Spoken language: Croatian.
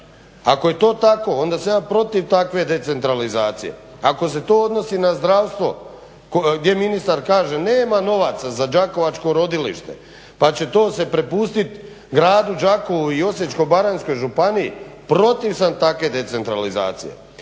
Ako je to tako onda sam ja protiv takve decentralizacije. Ako se to odnosi na zdravstvo gdje ministar kaže nema novaca za đakovačko rodilište pa će to se prepustiti gradu Đakovu i Osječko-baranjskoj županiji protiv sam takve decentralizacije.